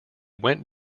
went